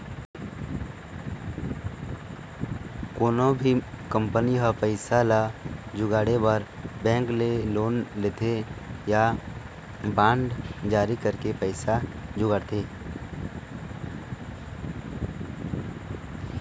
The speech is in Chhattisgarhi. कोनो भी कंपनी ह पइसा ल जुगाड़े बर बेंक ले लोन लेथे या बांड जारी करके पइसा जुगाड़थे